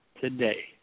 today